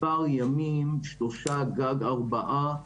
מספר ימים, שלושה, גג ארבעה.